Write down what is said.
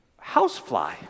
housefly